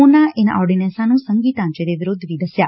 ਉਨਾਂ ਇਨਾਂ ਆਰਡੀਨੈਂਸਾਂ ਨੂੰ ਸੰਘੀ ਢਾਂਚੇ ਦੇ ਵਿਰੁੱਧ ਵੀ ਦਸਿਆ